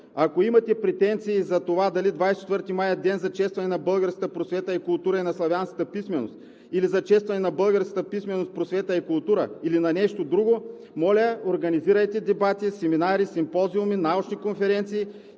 Ако имате претенции за това дали 24 май е ден за честване на българската просвета и култура, и на славянската писменост, или за честване на българската писменост, просвета и култура, или на нещо друго, моля, организирайте дебати, семинари, симпозиуми, научни конференции